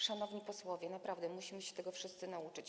Szanowni posłowie, naprawdę musimy się tego wszyscy nauczyć.